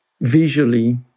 visually